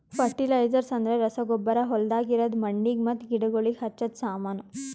fertilisers ಅಂದ್ರ ರಸಗೊಬ್ಬರ ಹೊಲ್ದಾಗ ಇರದ್ ಮಣ್ಣಿಗ್ ಮತ್ತ ಗಿಡಗೋಳಿಗ್ ಹಚ್ಚದ ಸಾಮಾನು